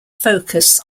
focus